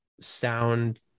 sound